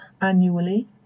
annually